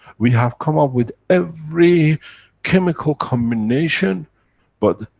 we have come up with every chemical combination but,